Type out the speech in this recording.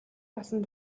болсон